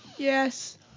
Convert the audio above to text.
Yes